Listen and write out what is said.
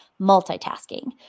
multitasking